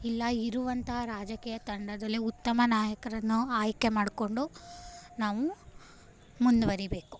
ಇಲ್ಲ ಇರುವಂತಹ ರಾಜಕೀಯ ತಂಡದಲ್ಲೇ ಉತ್ತಮ ನಾಯಕರನ್ನು ಆಯ್ಕೆ ಮಾಡಿಕೊಂಡು ನಾವು ಮುಂದುವರಿಬೇಕು